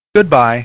Goodbye